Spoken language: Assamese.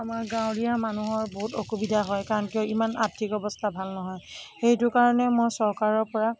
আমাৰ গাঁৱলীয়া মানুহৰ বহুত অসুবিধা হয় কাৰণ কিয় ইমান আৰ্থিক অৱস্থা ভাল নহয় সেইটো কাৰণে মই চৰকাৰৰ পৰা